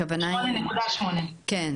הכוונה היא